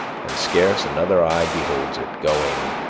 and scarce another eye beholds it going